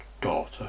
daughter